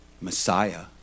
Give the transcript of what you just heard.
Messiah